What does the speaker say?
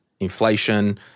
inflation